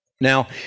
Now